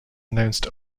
announced